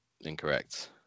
incorrect